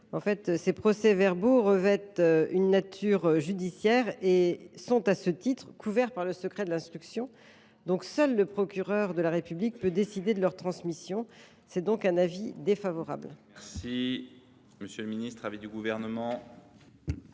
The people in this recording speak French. Ces procès verbaux revêtant une nature judiciaire et étant à ce titre couverts par le secret de l’instruction, seul le procureur de la République peut décider de leur transmission. J’émets donc un avis défavorable